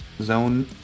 zone